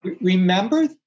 Remember